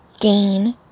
gain